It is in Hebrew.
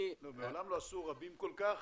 מעולם לא עשו רבים כל כך